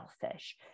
selfish